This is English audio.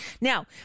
Now